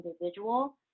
individual